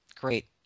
Great